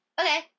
Okay